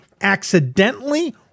accidentally